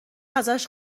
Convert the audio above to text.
ازش